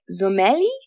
Zomelli